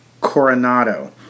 Coronado